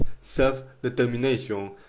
self-determination